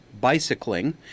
Bicycling